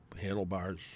handlebars